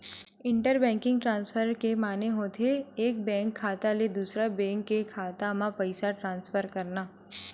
inter banking transfer के माने होथे एक बेंक खाता ले दूसर बेंक के खाता म पइसा ट्रांसफर करना